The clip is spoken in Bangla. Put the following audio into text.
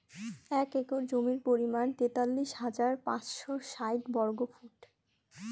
এক একর জমির পরিমাণ তেতাল্লিশ হাজার পাঁচশ ষাইট বর্গফুট